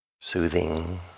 soothing